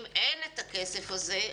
אם אין את הכסף הזאת,